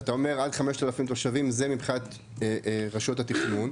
ואתה אומר עד 5,000 תושבים זה מבחינת רשויות התכנון,